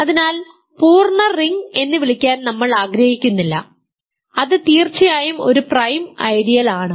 അതിനാൽ പൂർണ്ണ റിംഗ് എന്ന് വിളിക്കാൻ നമ്മൾ ആഗ്രഹിക്കുന്നില്ല അത് തീർച്ചയായും ഒരു പ്രൈം ഐഡിയൽ ആണ്